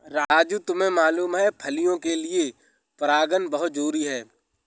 राजू तुम्हें मालूम है फलियां के लिए परागन बहुत जरूरी है